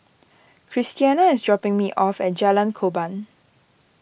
Christiana is dropping me off at Jalan Korban